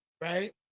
right